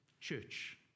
church